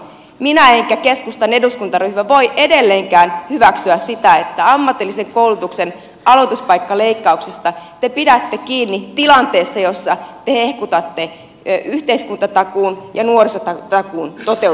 en minä eikä keskustan eduskuntaryhmä voi edelleenkään hyväksyä sitä että ammatillisen koulutuksen aloituspaikkaleikkauksista te pidätte kiinni tilanteessa jossa te hehkutatte yhteiskuntatakuun ja nuorisotakuun toteutumista